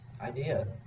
idea